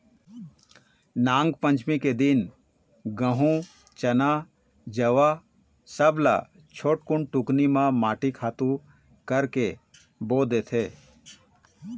नागपंचमी के दिन गहूँ, चना, जवां सब ल छोटकुन टुकनी म माटी खातू करके बो देथे